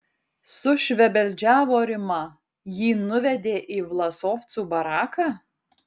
sušvebeldžiavo rima jį nuvedė į vlasovcų baraką